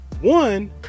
One